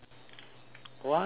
why